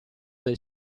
del